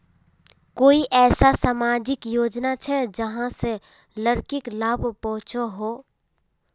कोई ऐसा सामाजिक योजना छे जाहां से लड़किक लाभ पहुँचो हो?